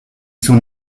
son